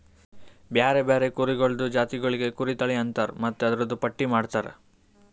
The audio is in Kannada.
ಬ್ಯಾರೆ ಬ್ಯಾರೆ ಕುರಿಗೊಳ್ದು ಜಾತಿಗೊಳಿಗ್ ಕುರಿ ತಳಿ ಅಂತರ್ ಮತ್ತ್ ಅದೂರ್ದು ಪಟ್ಟಿ ಮಾಡ್ತಾರ